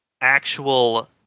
actual